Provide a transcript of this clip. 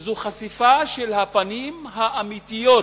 הוא חשיפה של הפנים האמיתיות